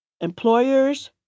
employers